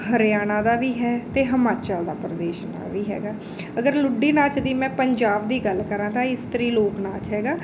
ਹਰਿਆਣਾ ਦਾ ਵੀ ਹੈ ਅਤੇ ਹਿਮਾਚਲ ਦਾ ਪ੍ਰਵੇਸ਼ ਨਾ ਵੀ ਹੈਗਾ ਅਗਰ ਲੁੱਡੀ ਨਾਚ ਦੀ ਮੈਂ ਪੰਜਾਬ ਦੀ ਗੱਲ ਕਰਾਂ ਤਾਂ ਇਸਤਰੀ ਲੋਕ ਨਾਚ ਹੈਗਾ